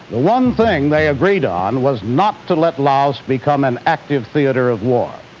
the one thing they agreed on was not to let laos become an active theatre of war.